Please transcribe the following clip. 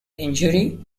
injury